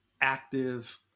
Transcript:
active